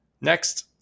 Next